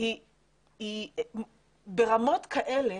היא ברמות כאלה